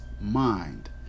mind